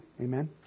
Amen